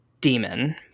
demon